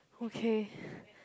okay